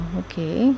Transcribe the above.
okay